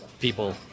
people